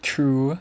true